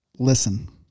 Listen